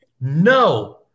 no